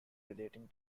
relating